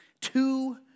two